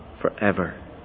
forever